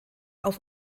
auf